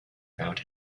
found